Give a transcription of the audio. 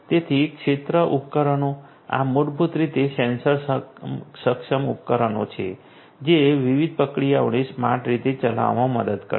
તેથી ક્ષેત્ર ઉપકરણો આ મૂળભૂત રીતે સેન્સર સક્ષમ ઉપકરણો છે જે વિવિધ પ્રક્રિયાઓને સ્માર્ટ રીતે ચલાવવામાં મદદ કરશે